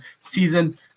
season